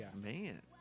Man